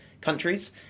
countries